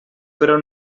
però